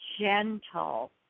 gentle